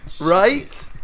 Right